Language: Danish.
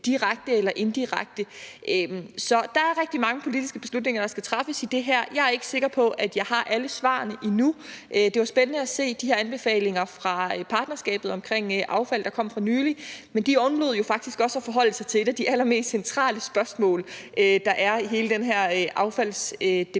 direkte eller indirekte. Så der er rigtig mange politiske beslutninger, der skal træffes i det her. Jeg er ikke sikker på, at jeg har alle svarene endnu. Det var spændende at se de her anbefalinger fra partnerskabet omkring affald, der kom for nylig, men de undlod jo faktisk også at forholde sig til et af de allermest centrale spørgsmål, der er i hele den her affaldsdebat.